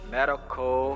Medical